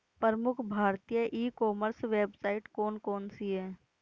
प्रमुख भारतीय e commerce website कौन कौन सी हैं?